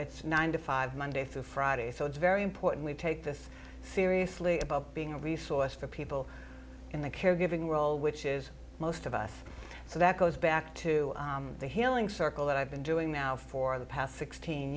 it's nine to five monday through friday so it's very important to take this seriously about being a resource for people in the caregiving role which is most of us so that goes back to the healing circle that i've been doing now for the past sixteen